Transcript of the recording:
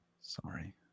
sorry